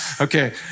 Okay